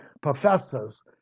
professors